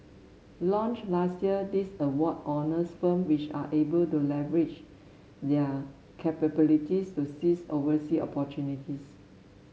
launched last year this award honours firm which are able to leverage their capabilities to seize oversea opportunities